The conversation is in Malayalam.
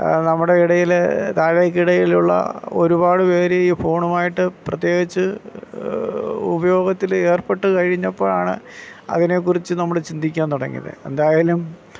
നമ്മുടെ ഇടയിൽ താഴെക്കിടയിലുള്ള ഒരുപാട് പേർ ഈ ഫോണുമായിട്ട് പ്രത്യേകിച്ച് ഉപയോഗത്തിലെ ഏർപ്പെട്ട് കഴിഞ്ഞപ്പോഴാണ് അതിനെക്കുറിച്ച് നമ്മൾ ചിന്തിക്കാൻ തുടങ്ങിയത് എന്തായാലും